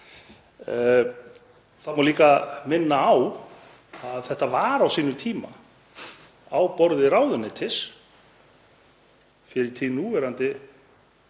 Það má líka minna á að þetta var á sínum tíma á borði ráðuneytis fyrir tíma núverandi